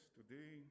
today